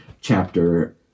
chapter